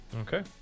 Okay